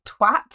twat